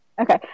Okay